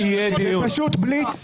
אתם עושים בליץ.